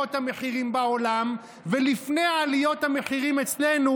המחירים בעולם ולפני עליות המחירים אצלנו,